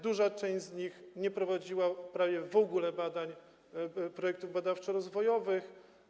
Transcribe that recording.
Duża część z nich nie prowadziła prawie w ogóle badań, projektów badawczo-rozwojowych.